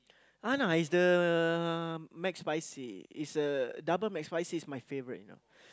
uh no is the McSpicy is a Double McSpicy is my favourite you know